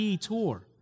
tour